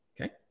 okay